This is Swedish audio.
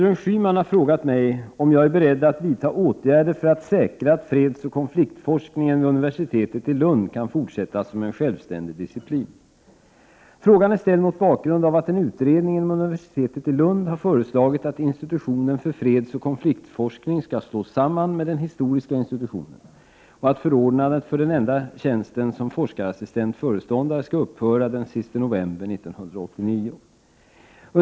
Institutionen för fredsoch konfliktforskning vid Lunds universitet är nedläggningshotad. En utredning har föreslagit att institutionen skall slås samman med historiska institutionen, och förordnandet för den enda tjänsten som forskarassistent/föreståndare upphör den 30 november 1989.